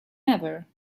ever